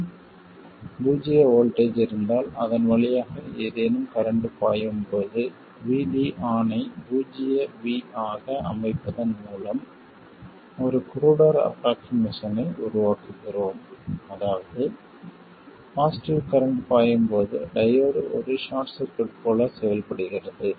மற்றும் பூஜ்ஜிய வோல்ட்டேஜ் இருந்தால் அதன் வழியாக ஏதேனும் கரண்ட் பாயும் போது VD ON ஐ பூஜ்ஜிய V ஆக அமைப்பதன் மூலம் ஒரு குரூடர் ஆஃப்ரோக்ஷிமேசன் ஐ உருவாக்குகிறோம் அதாவது பாசிட்டிவ் கரண்ட் பாயும் போது டையோடு ஒரு ஷார்ட் சர்க்யூட் போல் செயல்படுகிறது